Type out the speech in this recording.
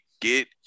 get